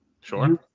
Sure